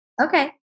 Okay